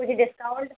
कुछ डिस्काउंट